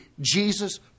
Jesus